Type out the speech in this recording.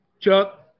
Chuck